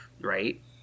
right